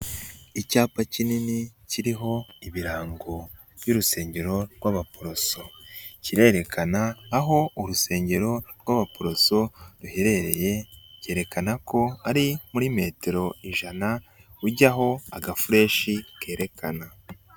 Icyapa kinini, kiriho ibirango by'urusengero rw'abaporoso. Kirerekana aho urusengero rw'abaporoso ruherereye, byerekana ko ari muri metero ijana ujyaho agafureshi kerekana.